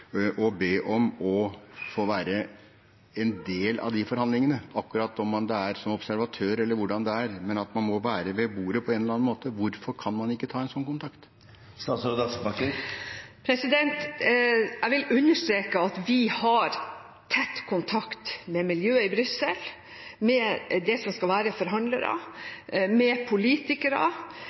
og be om å få være en del av forhandlingene – om det akkurat er som observatør, eller hvordan det er, men man må være ved bordet på en eller annen måte. Hvorfor kan man ikke ta en slik kontakt? Jeg vil understreke at vi har tett kontakt med miljøet i Brussel, med dem som skal være forhandlere, og med politikere,